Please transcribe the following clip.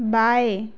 बाएँ